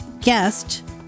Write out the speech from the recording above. guest